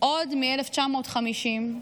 עוד מ-1950.